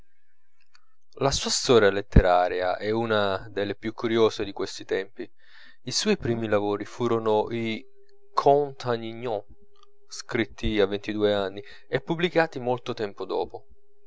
storia letteraria è una delle più curiose di questi tempi i suoi primi lavori furono i contes à ninon scritti a ventidue anni e pubblicati molto tempo dopo